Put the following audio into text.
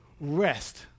rest